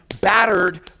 battered